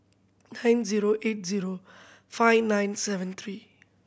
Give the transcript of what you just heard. nine zero eight zero five nine seven three